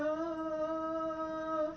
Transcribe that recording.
oh